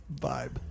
vibe